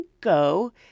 go